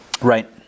Right